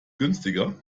günstiger